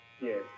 Yes